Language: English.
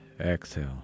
exhale